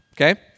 Okay